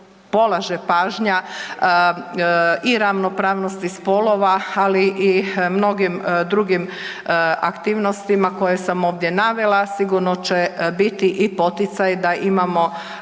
polaže pažnja i ravnopravnosti spolova, ali i mnogim drugim aktivnostima koje sam ovdje navela sigurno će biti i poticaj da imamo